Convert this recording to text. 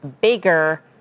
bigger